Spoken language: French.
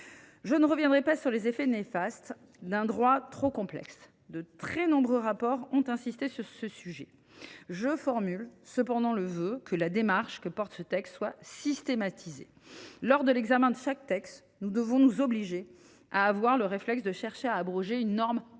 Je ne reviendrai pas sur les effets néfastes d’un droit trop complexe – de très nombreux rapports ont insisté sur ce sujet. Je formule cependant le vœu que la démarche que sous tend ce texte soit systématisée : lors de l’examen de chaque texte, nous devons nous efforcer d’avoir le réflexe de chercher à abroger une norme antérieure